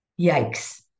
yikes